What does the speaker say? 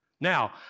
Now